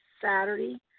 Saturday